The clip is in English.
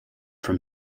from